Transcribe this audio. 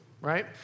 right